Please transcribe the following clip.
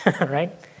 right